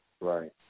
Right